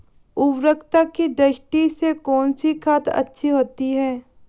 उर्वरकता की दृष्टि से कौनसी खाद अच्छी होती है?